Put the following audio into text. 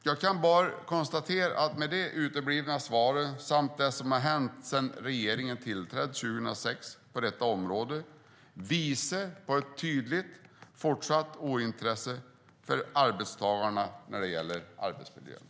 Jag kan bara konstatera att det uteblivna svaret samt det som har hänt på detta område sedan regeringen tillträdde 2006 visar på ett tydligt fortsatt ointresse för arbetstagarna när det gäller arbetsmiljön.